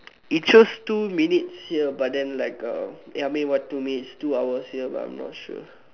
it shows two mintues here but then like um ya me to me it's two hours here but I'm not sure